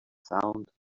sound